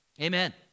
Amen